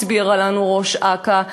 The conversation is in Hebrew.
הסבירה לנו ראש אכ"א,